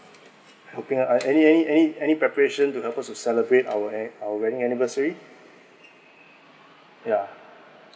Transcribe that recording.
helping uh any any any preparation to help us to celebrate our eh our wedding anniversary yeah